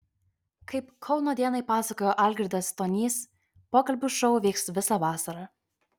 kaip kauno dienai pasakojo algirdas stonys pokalbių šou vyks visą vasarą